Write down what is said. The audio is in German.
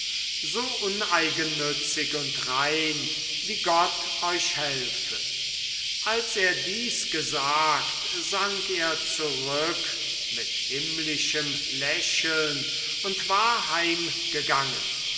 so uneigennützig und rein wie euch gott helfe als er dies gesagt sank er zurück mit himmlischem lächeln und war